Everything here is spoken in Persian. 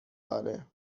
آره